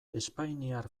espainiar